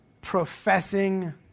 professing